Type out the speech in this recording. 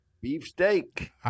Beefsteak